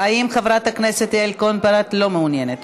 האם חברת הכנסת יעל כהן-פארן, לא מעוניינת.